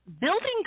building